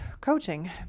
coaching